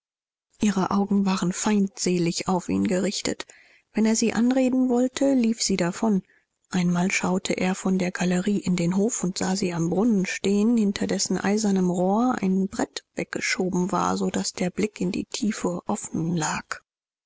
ihre augen waren feindselig auf ihn gerichtet wenn er sie anreden wollte lief sie davon einmal schaute er von der galerie in den hof und sah sie am brunnen stehen hinter dessen eisernem rohr ein brett weggeschoben war so daß der blick in die tiefe offen lag